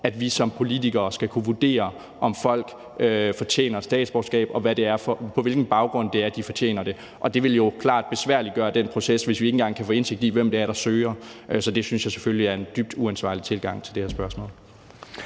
i grundloven – at vurdere, om folk fortjener statsborgerskab, og på hvilken baggrund de fortjener det. Det vil jo klart besværliggøre den proces, hvis vi ikke engang kan få indsigt i, hvem det er, der søger, så det synes jeg selvfølgelig er en dybt uansvarlig tilgang til det her spørgsmål.